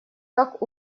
как